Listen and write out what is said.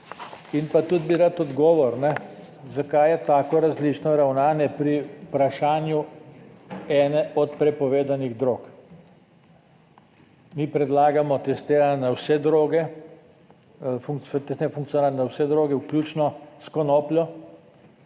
In pa tudi bi rad odgovor, zakaj je tako različno ravnanje pri vprašanju ene od prepovedanih drog. Mi predlagamo testiranje na vse droge, testiranje